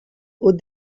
aux